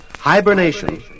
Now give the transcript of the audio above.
Hibernation